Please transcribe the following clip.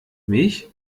mich